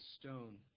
stone